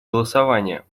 голосования